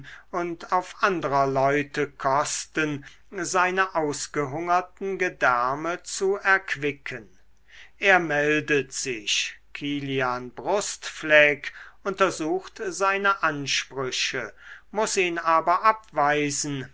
und auf anderer leute kosten seine ausgehungerten gedärme zu erquicken er meldet sich kilian brustfleck untersucht seine ansprüche muß ihn aber abweisen